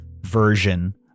version